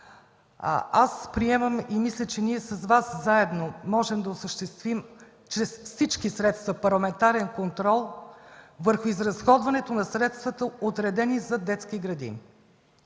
аз приемам и мисля, че ние с Вас заедно можем да осъществим чрез всички средства парламентарен контрол върху изразходването на средствата, отредени за детски градини.